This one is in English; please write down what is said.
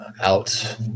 out